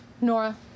Nora